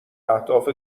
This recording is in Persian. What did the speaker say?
اهداف